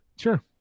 Sure